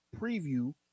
preview